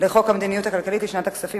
הצעת חוק המדיניות הכלכלית לשנת הכספים